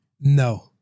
No